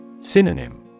Synonym